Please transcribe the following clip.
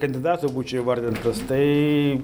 kandidatu būčiau įvardintas tai